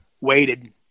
waited